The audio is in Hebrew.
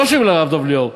לא שומעים לרב דב ליאור.